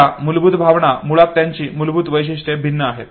आता मूलभूत भावना मुळात त्यांची मूलभूत वैशिष्ट्ये भिन्न आहेत